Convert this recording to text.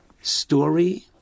story